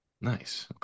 Nice